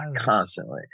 constantly